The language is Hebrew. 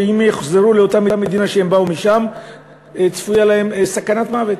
שאם יחזרו לאותה מדינה שהם באו ממנה צפויה להם סכנת מוות.